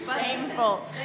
shameful